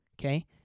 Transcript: okay